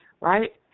Right